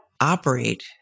operate